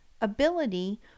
ability